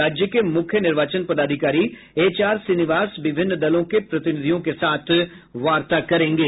राज्य के मुख्य निर्वाचन पदाधिकारी एचआर श्रीनिवास विभिन्न दलों के प्रतिनिधियों के साथ वार्ता करेंगे